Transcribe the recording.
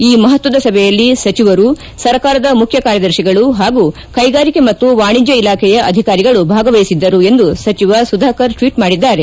ಈ ಮಹತ್ತದ ಸಭೆಯಲ್ಲಿ ಸಚವರು ಸರ್ಕಾರದ ಮುಖ್ಯ ಕಾರ್ಯದರ್ತಿಗಳು ಹಾಗೂ ಕೈಗಾರಿಕೆ ಮತ್ತು ವಾಣಿಜ್ಯ ಇಲಾಖೆಯ ಅಧಿಕಾರಿಗಳು ಭಾಗವಹಿಸಿದ್ದರು ಎಂದು ಸಚಿವ ಸುಧಾಕರ್ ಟ್ವೀಟ್ ಮಾಡಿದ್ದಾರೆ